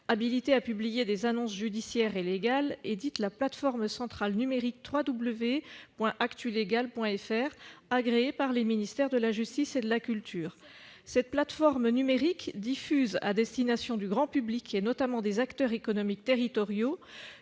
habilitée à publier des annonces judiciaires et légales, édite la plateforme centrale numérique actulegales.fr, agréée par les ministères de la justice et de la culture. Cette plateforme numérique diffuse, à destination du grand public et des acteurs économiques territoriaux,